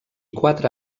quatre